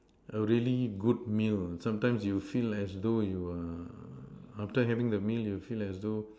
a really good meal sometimes you feel as though you err after having the meal you feel as though